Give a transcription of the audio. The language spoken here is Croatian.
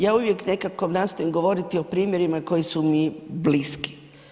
Ja uvijek nekako nastojim govoriti o primjerima koji su mi bliski.